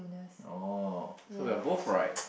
oh so you we are both right